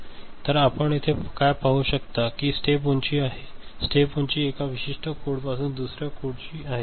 तर आपण येथे काय पाहू शकता की ही स्टेप उंची आहे स्टेप उंची एका विशिष्ट कोडपासून दुसऱ्या कोड ची आहे